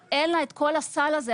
אבל אין לה את כל הסל הזה.